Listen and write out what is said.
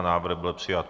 Návrh byl přijat.